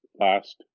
last